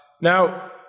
Now